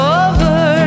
over